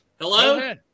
Hello